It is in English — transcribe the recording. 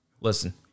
listen